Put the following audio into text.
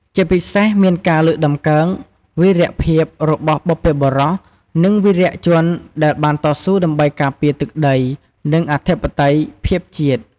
ជាពិសេសមានការលើកតម្កើងវីរភាព របស់បុព្វបុរស និងវីរជនដែលបានតស៊ូដើម្បីការពារទឹកដី និងអធិបតេយ្យភាពជាតិ ។